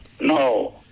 no